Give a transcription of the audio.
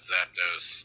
Zapdos